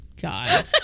God